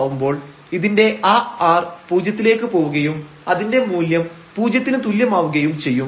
xy→0 0 ആവുമ്പോൾ ഇതിന്റെ ആ r പൂജ്യത്തിലേക്ക് പോവുകയും അതിന്റെ മൂല്യം പൂജ്യത്തിന് തുല്യമാവുകയും ചെയ്യും